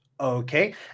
Okay